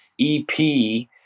EP